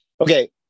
Okay